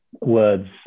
words